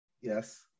Yes